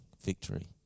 victory